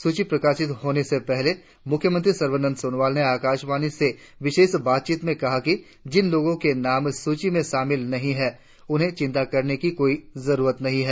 सूची प्रकाशित होने से पहले मुख्यमंत्री सर्बानंद सोनोवाल ने आकाशवाणी से विशेष बातचीत में कहा कि जिन लोगों के नाम सूची में शामिल नहीं है उन्हें चिंन्ता करने की कोई जरुरत नहीं है